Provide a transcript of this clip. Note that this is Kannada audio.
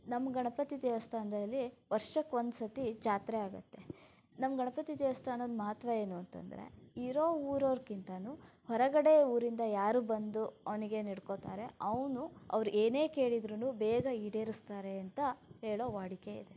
ನಮ್ಮ ಗಣಪತಿ ದೇವಸ್ಥಾನದಲ್ಲಿ ವರ್ಷಕ್ಕೊಂದು ಸತಿ ಜಾತ್ರೆ ಆಗತ್ತೆ ನಮ್ಮ ಗಣಪತಿ ದೇವಸ್ಥಾನದ ಮಹತ್ವ ಏನು ಅಂತಂದರೆ ಇರೋ ಊರೌರ್ಕಿಂತಾನು ಹೊರಗಡೆ ಊರಿಂದ ಯಾರು ಬಂದು ಅವನಿಗೆ ನಡ್ಕೋತಾರೆ ಅವನು ಅವರೇನೇ ಕೇಳಿದರೂ ಬೇಗ ಈಡೇರಿಸ್ತಾರೆ ಅಂತ ಹೇಳೋ ವಾಡಿಕೆ ಇದೆ